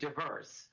diverse